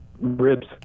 Ribs